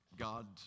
God